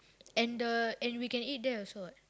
and the and we can eat there also what